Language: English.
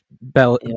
Bell